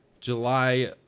July